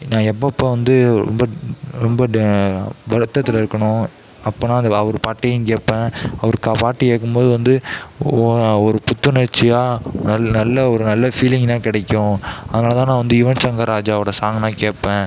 நான் எப்பப்போ வந்து ரொம்ப ரொம்ப ட வருத்தத்தில் இருக்கேனோ அப்போலாம் அந்த அவர் பாட்டையும் கேட்பேன் அவர் க பாட்டு கேட்கும்போது வந்து ஓ ஒரு புத்துணர்ச்சியாக நல்ல நல்ல ஒரு நல்ல ஃபீலிங்குலாம் கிடைக்கும் அதனால தான் நான் வந்து யுவன் சங்கர் ராஜாவோட சாங்குலாம் கேட்பேன்